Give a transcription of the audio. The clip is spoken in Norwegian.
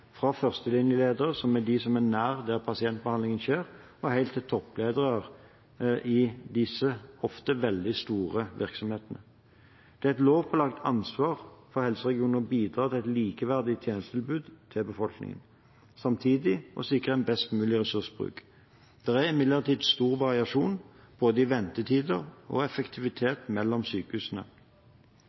fra førstelinjelederne, som er de som er nær der pasientbehandlingen skjer, og helt til topplederne i disse ofte veldig store virksomhetene. Det er et lovpålagt ansvar for helseregionene å bidra til et likeverdig tjenestetilbud til befolkningen og samtidig sikre en best mulig ressursbruk. Det er imidlertid stor variasjon i både ventetider og effektivitet mellom sykehusene.